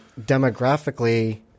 demographically